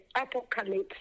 apocalypse